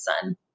son